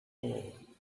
hole